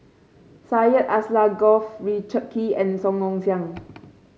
Syed Alsagoff Richard Kee and Song Ong Siang